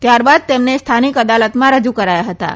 ત્યારબાદ તેમને સ્થાનિક અદાલતમાં રજૂ કરાયાં હતાં